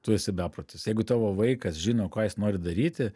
tu esi beprotis jeigu tavo vaikas žino ką jis nori daryti